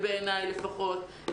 אין שום הבדל